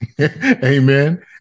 Amen